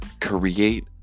Create